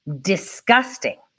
Disgusting